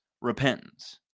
repentance